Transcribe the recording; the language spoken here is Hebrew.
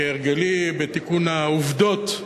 כהרגלי בתיקון העובדות,